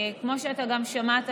כמו שגם שמעת,